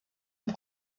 amb